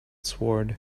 sword